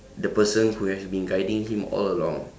the person who has been guiding him all along